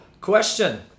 question